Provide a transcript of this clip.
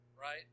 right